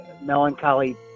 melancholy